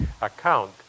account